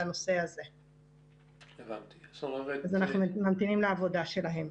אז אנחנו ממתינים לעבודה שלהם.